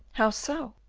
how so?